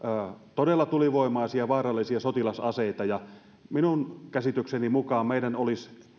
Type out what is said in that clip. todella tulivoimaisia vaarallisia sotilasaseita ja minun käsitykseni mukaan meidän olisi